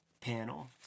panel